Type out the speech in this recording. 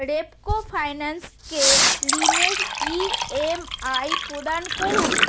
রেপকো ফাইন্যান্সকে ঋণের ইএমআই প্রদান করুন